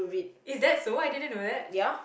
is that so I didn't know that